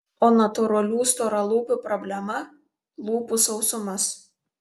o natūralių storalūpių problema lūpų sausumas